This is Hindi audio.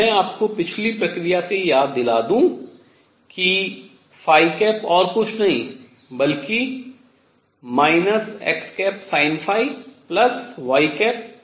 मैं आपको पिछली प्रक्रिया से याद दिला दूं कि और कुछ नहीं बल्कि xsinϕycos है